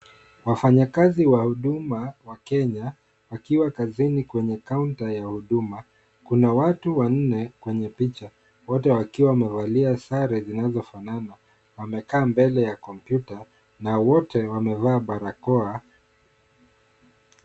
Wafanyakazi wa huduma wa Kenya wakiwa kazini kwenye kaunta ya huduma. Kuna watu wanne kwenye picha wote wakiwa wamevalia sare zinazofanana wamekaa mbele ya kompyuta na wote wamevaa barakoa .